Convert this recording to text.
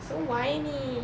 so whiny